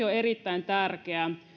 on erittäin tärkeä